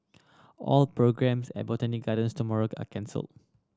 all programmes at Botanic Gardens tomorrow are cancel